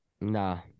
Nah